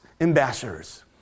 ambassadors